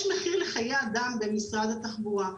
יש מחיר לחיי אדם במשרד התחבורה.